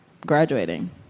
graduating